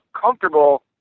comfortable